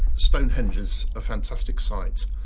stonehenge is a fantastic site,